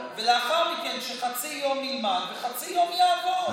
ולאחר מכן שחצי יום ילמד וחצי יום יעבוד.